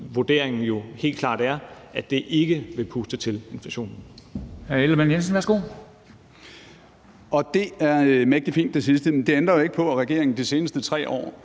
vurderingen jo helt klart er, at det ikke vil puste til inflationen.